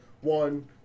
one